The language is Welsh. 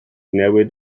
newid